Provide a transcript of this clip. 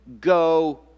go